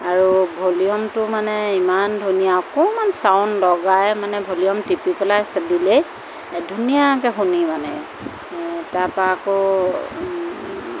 আৰু ভলিউমটো মানে ইমান ধুনীয়া অকণমান চাউণ্ড লগাই মানে ভলিউম টিপি পেলাই দিলেই ধুনীয়াকৈ শুনি মানে তাৰপৰা আকৌ